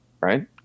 right